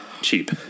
cheap